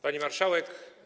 Pani Marszałek!